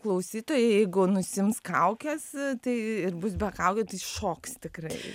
klausytojai jeigu nusiims kaukes tai ir bus be kaukių tai šoks tikrai